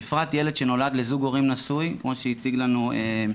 בפרט ילד שנולד לזוג הורים נשוי כמו שהציג מתן,